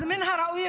אז מן הראוי,